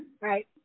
Right